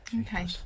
Okay